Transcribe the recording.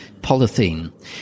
polythene